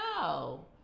No